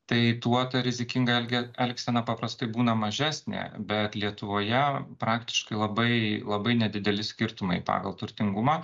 tai tuo ta rizikinga elge elgsena paprastai būna mažesnė bet lietuvoje praktiškai labai labai nedideli skirtumai pagal turtingumą